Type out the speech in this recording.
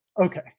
Okay